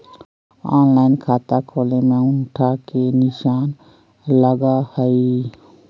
Online खाता खोले में अंगूठा के निशान लगहई?